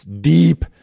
deep